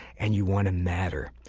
and you want to matter.